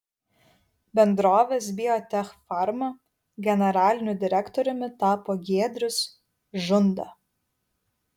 bendrovės biotechfarma generaliniu direktoriumi tapo giedrius žunda